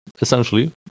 essentially